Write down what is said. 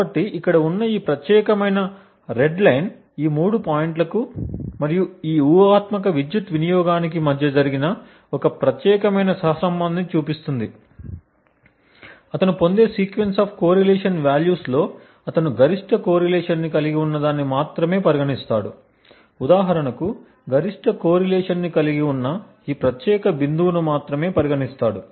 కాబట్టి ఇక్కడ ఉన్న ఈ ప్రత్యేకమైన రెడ్ లైన్ ఈ మూడు పాయింట్లకు మరియు ఈ ఊహాత్మక విద్యుత్ వినియోగానికి మధ్య జరిగిన ఒక ప్రత్యేకమైన సహసంబంధాన్ని చూపిస్తుంది అతను పొందే సీక్వెన్స్ ఆఫ్ కోరిలేషన్ వాల్యూస్ లో అతను గరిష్ట కోరిలేషన్ ని కలిగి ఉన్నదాన్ని మాత్రమే పరిగణిస్తాడు ఉదాహరణకు గరిష్ట కోరిలేషన్ ని కలిగి ఉన్నఈ ప్రత్యేక బిందువును మాత్రమే పరిగణిస్తాడు